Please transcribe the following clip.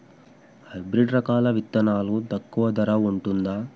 Hybrid రకాల విత్తనాలు తక్కువ ధర ఉంటుందా?